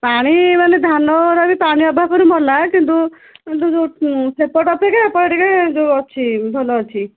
ପାଣି ମାନେ ଧାନଓରା ବି ପାଣି ଅଭାବରୁ ମଲା କିନ୍ତୁ ତୁ ଯେଉଁ ସେପଟ ଅପେକ୍ଷା ଏପଟେ ଟିକିଏ ଯେଉଁ ଅଛି ଭଲ ଅଛି